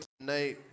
tonight